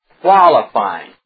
qualifying